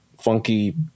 funky